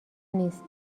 نیست